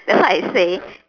that's why I say